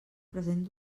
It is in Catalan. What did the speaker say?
present